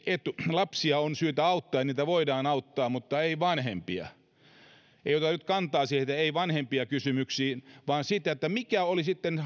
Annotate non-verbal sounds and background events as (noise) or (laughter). että lapsia on syytä auttaa ja heitä voidaan auttaa mutta ei vanhempia ei oteta nyt kantaa siihen ei vanhempia kysymykseen vaan mitkä olivat sitten (unintelligible)